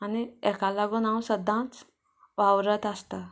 आनी हेका लागून हांव सद्दांच वावरत आसता